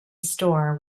store